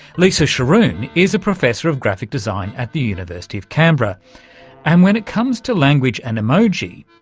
lisa scharoun is a professor of graphic design at the university of canberra and when it comes to language and emoji,